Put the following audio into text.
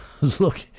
look